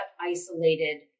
isolated